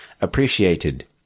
appreciated